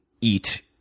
eat